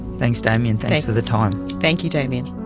thanks damien, thanks for the time. thank you damien.